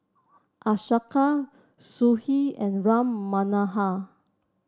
Ashoka Sudhir and Ram Manohar